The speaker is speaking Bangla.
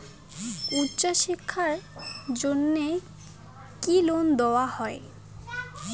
উচ্চশিক্ষার জন্য কি লোন দেওয়া হয়?